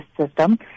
system